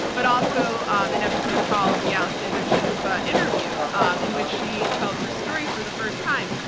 but also an episode called the alexandra chalupa interview um in which she tells her story for the first time.